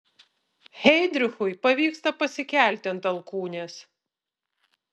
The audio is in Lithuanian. heidrichui pavyksta pasikelti ant alkūnės